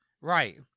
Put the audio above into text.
Right